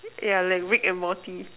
yeah like Rick and Morty